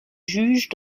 juges